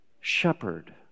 shepherd